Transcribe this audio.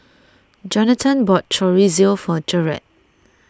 Jonathon bought Chorizo for Jered